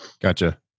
Gotcha